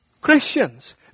Christians